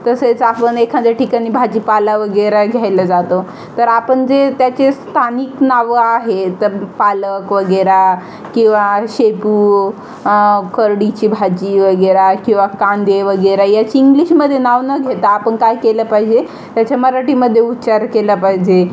तसेच आपण एखाद्या ठिकाणी भाजीपाला वगैरे घ्यायला जातो तर आपण जे त्याचे स्थानिक नावं आहेत तर पालक वगैरे किंवा शेपू करडीची भाजी वगैरे किंवा कांदे वगैरे याची इंग्लिशमध्ये नाव न घेता आपण काय केलं पाहिजे त्याच्या मराठीमध्ये उच्चार केला पाहिजे